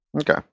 Okay